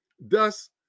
Thus